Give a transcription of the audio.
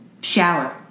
shower